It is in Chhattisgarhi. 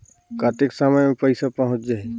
कतेक समय मे पइसा पहुंच जाही?